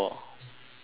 five